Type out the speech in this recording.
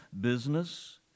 business